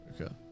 Okay